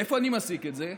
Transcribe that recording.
מאיפה אני מסיק את זה?